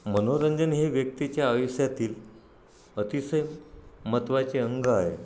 मनोरंजन हे व्यक्तीच्या आयुष्यातील अतिशय महत्त्वाचे अंग आहे